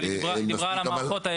אבל היא דיברה על המערכות האלה.